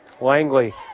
Langley